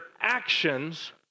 actions